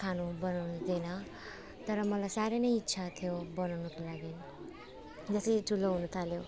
खाना बनाउनु दिएन तर मलाई साह्रै नै इच्छा थियो बनाउनुको लागि जसै ठुलो हुनु थाल्यो